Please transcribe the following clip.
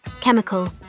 chemical